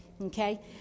okay